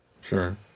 Sure